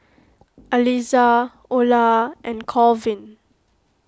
Aliza Ola and Colvin